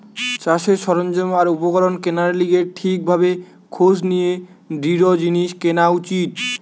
চাষের সরঞ্জাম আর উপকরণ কেনার লিগে ঠিক ভাবে খোঁজ নিয়ে দৃঢ় জিনিস কেনা উচিত